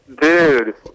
Dude